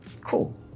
Cool